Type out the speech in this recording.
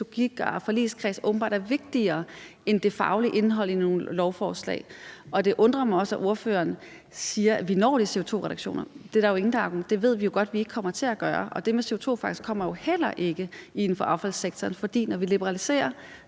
at politisk logik og forligskredsen åbenbart er vigtigere end det faglige indhold i nogle lovforslag. Og det undrer mig også, at ordføreren siger, at vi når de CO2-reduktioner. Det ved vi jo godt at vi ikke kommer til at gøre. Og det med CO2-fangst kommer jo heller ikke inden for affaldssektoren, for når vi liberaliserer,